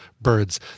Birds